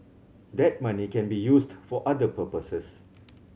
that money can be used for other purposes